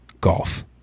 golf